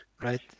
Right